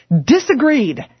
disagreed